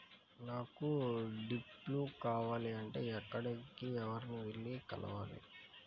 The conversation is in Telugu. నాకు డ్రిప్లు కావాలి అంటే ఎక్కడికి, ఎవరిని వెళ్లి కలవాలి?